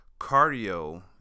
cardio